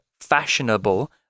fashionable